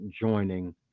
joining